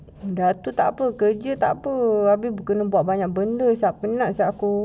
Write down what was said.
dah tu tak apa kerja tak apa habis kena buat banyak benda saya penat saya aku